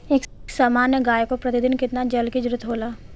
एक सामान्य गाय को प्रतिदिन कितना जल के जरुरत होला?